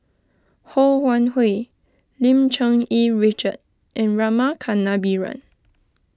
Ho Wan Hui Lim Cherng Yih Richard and Rama Kannabiran